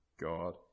God